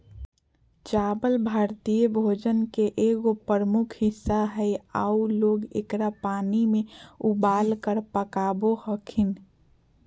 चावल भारतीय भोजन के एगो प्रमुख हिस्सा हइ आऊ लोग एकरा पानी में उबालकर पकाबो हखिन